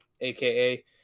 AKA